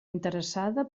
interessada